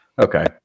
okay